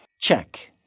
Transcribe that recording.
Check